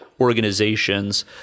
organizations